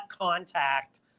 contact